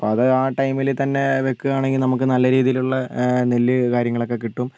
അപ്പോൾ അത് ആ ടൈമിൽ തന്നെ വെക്കാണെങ്കിൽ നമുക്ക് നല്ല രീതിയിലുള്ള നെല്ല് കാര്യങ്ങളൊക്കെ കിട്ടും